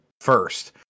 first